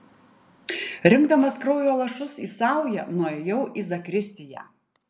rinkdamas kraujo lašus į saują nuėjau į zakristiją